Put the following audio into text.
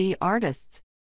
artists